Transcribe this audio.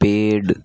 paid